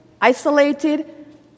isolated